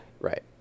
right